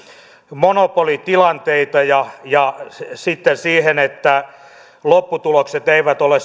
monopolitilanteita ja ja sitten siihen että lopputulokset eivät ole